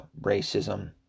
racism